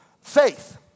faith